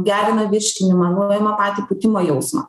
gerina virškinimą nuima patį pūtimo jausmą